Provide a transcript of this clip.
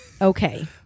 Okay